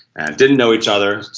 and didn't know each other,